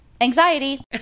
anxiety